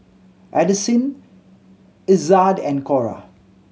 Addisyn Ezzard and Cora